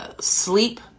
Sleep